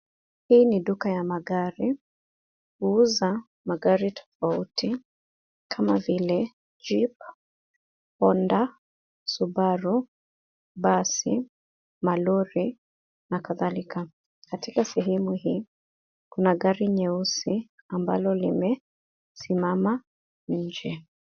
Hii ni duka ya magari. Huuza magari tofauti kama vile jeep, Honda, subaru, badi, malori na kadhalika. Katika sehemu hii kuna gari nyeusi ambalo limesimama nje.